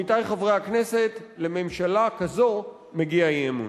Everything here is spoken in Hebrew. עמיתי חברי הכנסת, לממשלה כזאת מגיע אי-אמון.